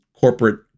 corporate